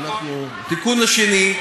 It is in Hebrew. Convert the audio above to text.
התיקון השני,